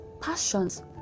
Passions